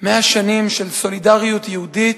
100 שנים של סולידריות יהודית,